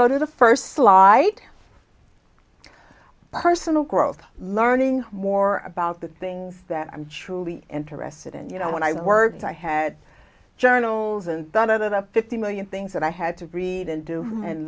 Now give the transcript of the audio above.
go to the first flight personal growth learning more about the things that i'm truly interested in you know when i worked i had journals and done other than fifty million things that i had to read and do and